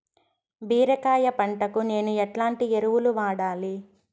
బీరకాయ పంటకు నేను ఎట్లాంటి ఎరువులు వాడాలి?